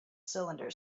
cylinder